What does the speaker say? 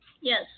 Yes